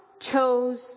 chose